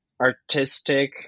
artistic